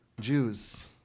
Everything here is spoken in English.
Jews